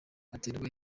aterwa